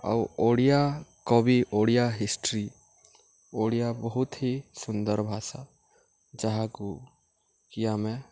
ଆଉ ଓଡ଼ିଆ କବି ଓଡ଼ିଆ ହିଷ୍ଟ୍ରି ଓଡ଼ିଆ ବହୁତ ହି ସୁନ୍ଦର ଭାଷା ଯାହାକୁ କି ଆମେ